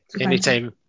Anytime